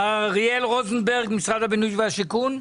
מר אריאל רוזנברג, משרד הבינוי והשיכון.